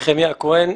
נחמיה הכהן,